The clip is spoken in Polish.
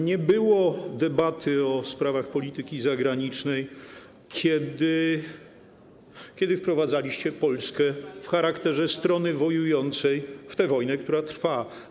Nie było debaty o sprawach polityki zagranicznej, kiedy wprowadzaliście Polskę w charakterze strony wojującej w tę wojnę, która trwa.